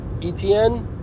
ETN